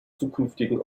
zukünftigen